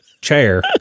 chair